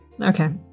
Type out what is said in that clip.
Okay